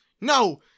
No